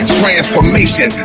transformation